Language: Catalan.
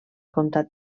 comtat